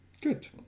Good